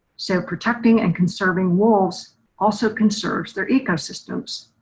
so protecting and conserving wolves also conserves their ecosystems.